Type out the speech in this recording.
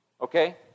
okay